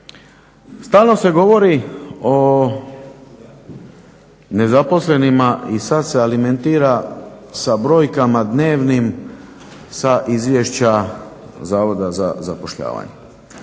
Stalno se govori o nezaposlenima i sad se alimentira sa brojkama dnevnim sa Izvješća Zavoda za zapošljavanje.